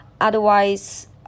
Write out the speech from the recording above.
otherwise